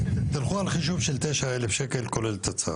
תלכו על חישוב של 9,000 שקל כולל תצ"ר.